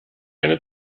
eine